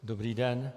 Dobrý den.